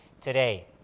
today